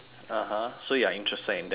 so you are interested in that as well